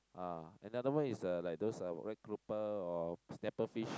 ah another one is uh like those uh red grouper or snapper fish